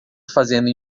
fazendo